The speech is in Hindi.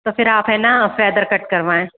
तो फिर आप है ना फेदर कट करवाएं